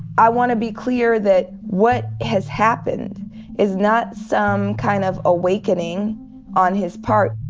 i wanna be clear that what has happened is not some kind of awakening on his part.